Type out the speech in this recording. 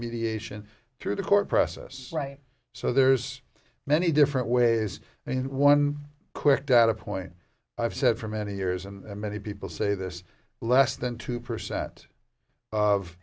mediation through the court process right so there's many different ways and one quick data point i've said for many years and many people say this less than two percent of